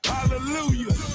Hallelujah